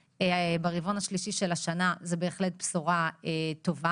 ברבעון השלישי של השנה זו בהחלט בשורה טובה.